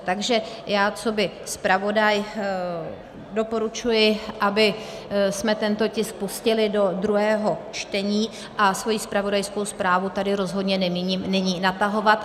Takže já coby zpravodaj doporučuji, abychom tento tisk pustili do druhého čtení, a svoji zpravodajskou zprávu tady rozhodně nemíním nyní natahovat.